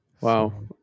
Wow